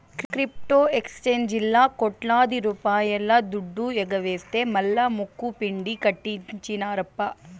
crypto ఎక్సేంజీల్లా కోట్లాది రూపాయల దుడ్డు ఎగవేస్తె మల్లా ముక్కుపిండి కట్టించినార్ప